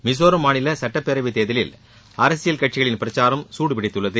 மிசோரம் மாநில சுட்டப்பேரவைத்தேர்தலில் அரசியல் கட்சிகளின் பிரச்சாரம் சூடுபிடித்துள்ளது